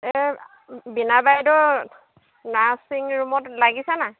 এই বীণা বাইদেউৰ নাৰ্ছিং ৰুমত লাগিছেনে